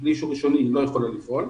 ובלי אישור ראשוני היא לא יכולה לפעול.